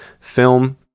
film